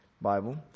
Bible